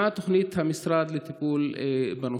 2. מהי תוכנית משרדך לטיפול בנושא?